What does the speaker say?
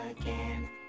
again